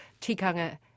tikanga